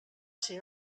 ser